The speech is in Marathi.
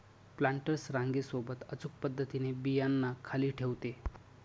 प्लांटर्स रांगे सोबत अचूक पद्धतीने बियांना खाली ठेवते